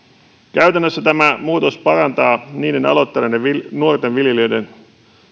käytännössä tämä muutos parantaa niiden aloittaneiden nuorten viljelijöiden